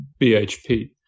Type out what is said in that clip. BHP